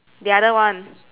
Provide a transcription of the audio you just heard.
the other one